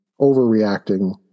overreacting